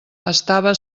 estava